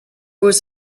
was